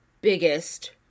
biggest